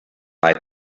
might